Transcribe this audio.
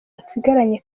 nsigaranye